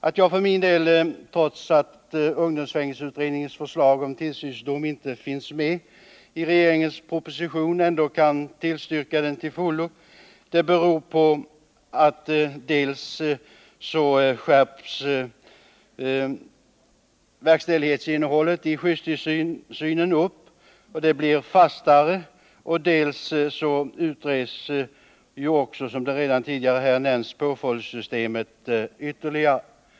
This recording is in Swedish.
Att jag för min del trots att ungdomsfängelseutredningens förslag om tillsynsdom inte finns med i regeringens proposition ändå kan tillstyrka den, beror på att dels skärps verkställighetsinnehållet i skyddstillsynen upp och blir fastare, dels utreds som redan tidigare nämnts påföljdssystemet ytterligare.